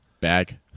Bag